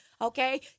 okay